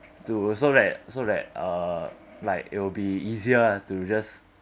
to so that so that uh like it'll be easier to just